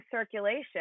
circulation